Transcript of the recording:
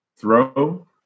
throw